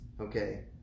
okay